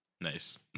Nice